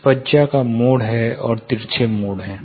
स्पज्या का मोड हैं और तिरछे मोड हैं